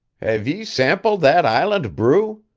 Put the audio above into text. have ye sampled that island brew?